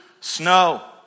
snow